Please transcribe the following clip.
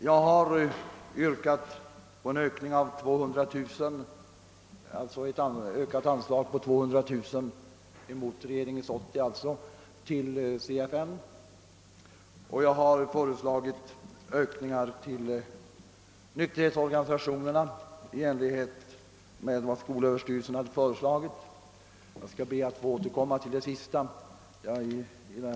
Jag har yrkat på ett ökat anslag av 200 000 kronor — alltså mot regeringens 80 000 kronor — till Centralförbundet för nykterhetsundervisning och ökningar av anslagen till nykterhetsorganisationerna i enlighet med vad skolöverstyrelsen hade föreslagit. Jag skall be att få återkomma till det sistnämnda.